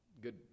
good